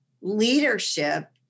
leadership